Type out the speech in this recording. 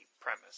premise